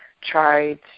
try